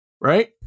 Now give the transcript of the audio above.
right